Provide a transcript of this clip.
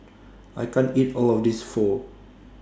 I can't eat All of This Pho